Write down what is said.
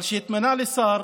אבל כשהתמנה לשר,